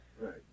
Right